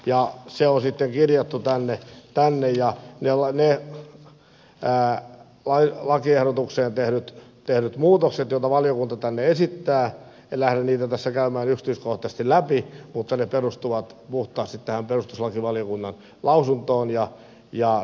ja se on sitten kirjattu tänne ja niitä lakiehdotukseen tehtyjä muutoksia joita valiokunta tänne esittää en lähde tässä käymään yksityiskohtaisesti läpi mutta ne perustuvat puhtaasti tähän perustuslakivaliokunnan lausuntoon